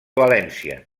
valència